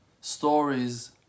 stories